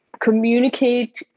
communicate